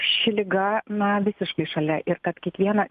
ši liga na visiškai šalia ir kad kiekvieną